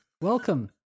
Welcome